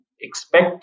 expect